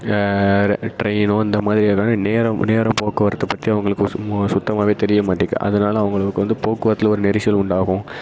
வேறு ட்ரெயினோ இந்தமாதிரி இடம் நேரம் நேரம் போக்குவரத்து பற்றி அவங்களுக்கு சும்மா சுத்தமாகவே தெரியமாட்டேங்கிது அதனால அவங்களுக்கு வந்து போக்குவரத்தில் ஒரு நெரிசல் உண்டாகும்